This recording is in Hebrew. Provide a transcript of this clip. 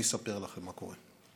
אני אספר לכם מה קורה.